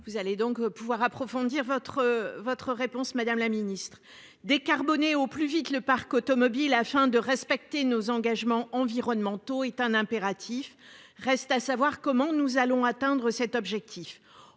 Vous allez donc pouvoir approfondir votre, votre réponse, madame la Ministre décarboné au plus vite le parc automobile afin de respecter nos engagements environnementaux est un impératif. Reste à savoir comment nous allons atteindre cet objectif